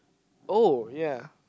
oh ya